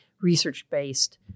research-based